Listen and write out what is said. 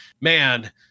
man